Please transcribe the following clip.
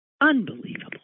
unbelievable